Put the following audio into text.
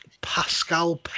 Pascal